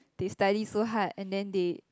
they study so hard and then they